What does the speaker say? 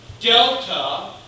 delta